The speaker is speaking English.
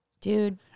dude